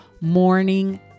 Morning